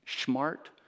smart